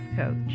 coach